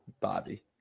Bobby